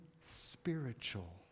spiritual